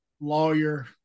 lawyer